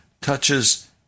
touches